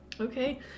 Okay